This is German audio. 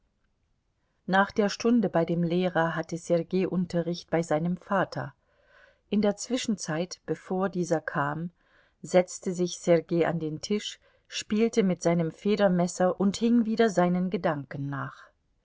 nach der stunde bei dem lehrer hatte sergei unterricht bei seinem vater in der zwischenzeit bevor dieser kam setzte sich sergei an den tisch spielte mit seinem federmesser und hing wieder seinen gedanken nach